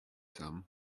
dumb